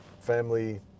family